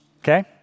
okay